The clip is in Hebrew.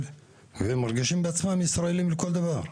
והם מרגישים את עצמם ישראלים לכל דבר.